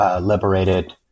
liberated